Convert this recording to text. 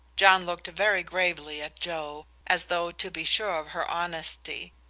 john looked very gravely at joe, as though to be sure of her honesty.